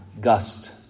gust